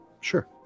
Sure